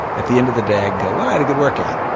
at the end of the day i'd go, well, i had a good workout.